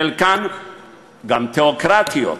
חלקן גם תיאוקרטיות.